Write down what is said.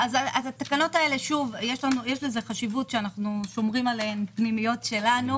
האלה שאנו שומרים עליהן פנימיות שלנו